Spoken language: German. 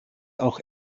auch